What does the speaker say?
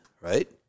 right